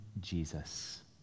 Jesus